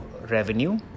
revenue